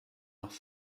noch